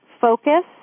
focus